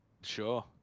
Sure